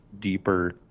deeper